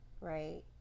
right